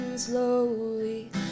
Slowly